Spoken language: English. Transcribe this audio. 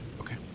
Okay